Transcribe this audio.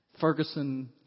Ferguson